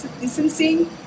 distancing